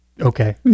okay